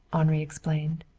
henri explained.